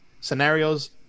scenarios